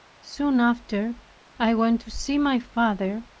soon after i went to see my father,